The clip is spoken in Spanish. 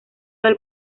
del